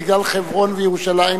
בגלל חברון וירושלים,